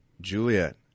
Juliet